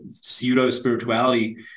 pseudo-spirituality